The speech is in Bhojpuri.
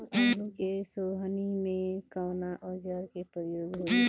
आलू के सोहनी में कवना औजार के प्रयोग होई?